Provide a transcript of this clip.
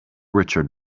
richard